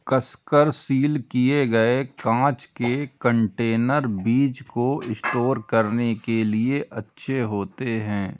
कसकर सील किए गए कांच के कंटेनर बीज को स्टोर करने के लिए अच्छे होते हैं